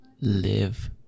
live